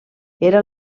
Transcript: era